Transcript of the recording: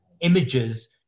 images